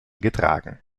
getragen